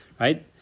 right